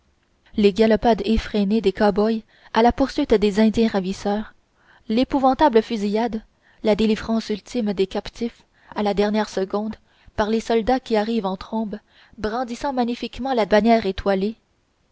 les galopades effrénées de cowboys à la poursuite des indiens ravisseurs l'épouvantable fusillade la délivrance ultime des captifs à la dernière seconde par les soldats qui arrivent en trombe brandissant magnifiquement la bannière étoilée